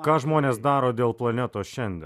ką žmonės daro dėl planetos šiandien